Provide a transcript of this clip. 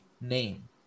name